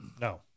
no